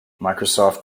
microsoft